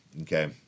okay